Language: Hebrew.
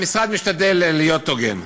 המשרד משתדל להיות הוגן.